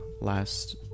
last